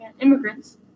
immigrants